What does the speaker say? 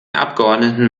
abgeordneten